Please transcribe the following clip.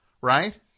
Right